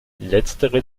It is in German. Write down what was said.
letztere